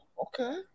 okay